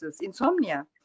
insomnia